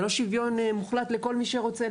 זה לא שוויון מוחלט לכל מי שרוצה,